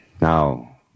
now